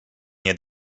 nie